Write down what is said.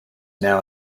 now